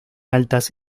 altas